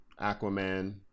aquaman